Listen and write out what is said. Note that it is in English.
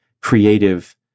creative